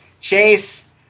Chase